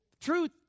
Truth